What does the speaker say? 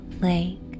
lake